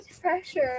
pressure